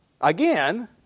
Again